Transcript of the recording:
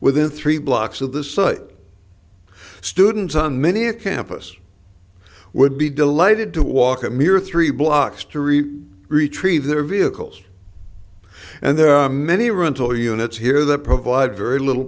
within three blocks of the site students on many a campus would be delighted to walk a mere three blocks to reach retrieve their vehicles and there are many rental units here that provide very little